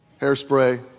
hairspray